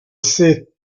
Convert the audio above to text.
see